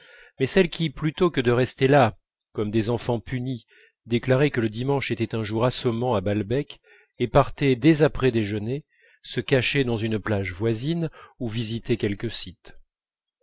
mais celles qui plutôt que de rester là comme des enfants punis déclaraient que le dimanche était un jour assommant à balbec et partaient dès après déjeuner se cacher dans une plage voisine ou visiter quelque site